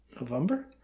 November